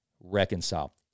reconcile